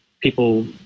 People